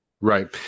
right